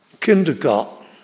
kindergarten